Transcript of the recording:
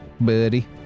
buddy